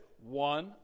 one